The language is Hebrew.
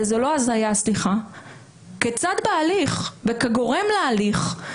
וזו לא הזיה, כצד בהליך וכגורם להליך.